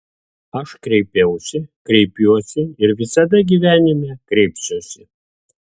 aš kreipiausi kreipiuosi ir visada gyvenime kreipsiuosi